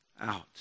out